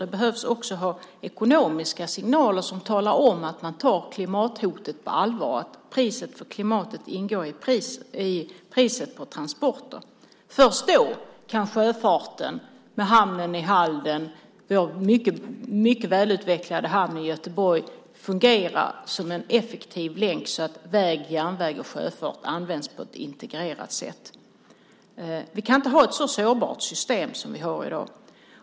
Det behövs också ekonomiska signaler som talar om att man tar klimathotet på allvar, att priset på klimatet ingår i priset på transporten. Först då kan sjöfarten, med hamnen i Halden och vår mycket välutvecklade hamn i Göteborg, fungera som en effektiv länk så att väg, järnväg och sjöfart används på ett integrerat sätt. Vi kan inte ha ett så sårbart system som vi har i dag.